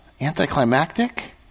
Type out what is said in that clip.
anticlimactic